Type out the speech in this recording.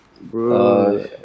Bro